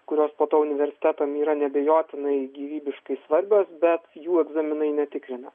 kurios po to universitetam yra neabejotinai gyvybiškai svarbios bet jų egzaminai netikrina